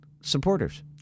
supporters